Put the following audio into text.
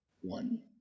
one